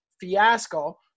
fiasco